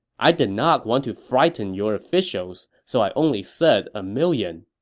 i did not want to frighten your officials, so i only said a million.